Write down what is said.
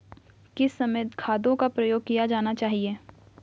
किस समय खादों का प्रयोग किया जाना चाहिए?